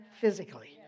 physically